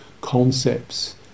concepts